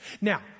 Now